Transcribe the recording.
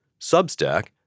Substack